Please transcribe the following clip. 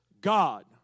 God